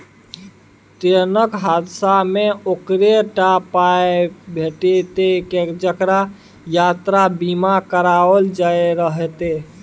ट्रेनक हादसामे ओकरे टा पाय भेटितै जेकरा यात्रा बीमा कराओल रहितै